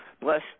bless